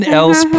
else